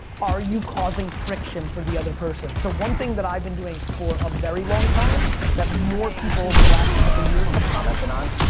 are you causing friction for the other person? so one thing that i've been doing for a very long time that more people over the last couple years commented on,